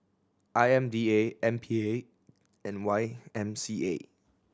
I M D A M P A and Y M C A